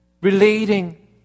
relating